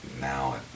now